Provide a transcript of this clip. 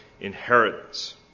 inheritance